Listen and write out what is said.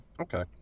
Okay